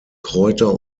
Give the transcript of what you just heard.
kräuter